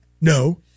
No